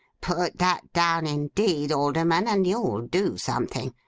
put that down indeed, alderman, and you'll do something.